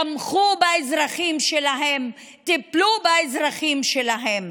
תמכו באזרחים שלהם, טיפלו באזרחים שלהם.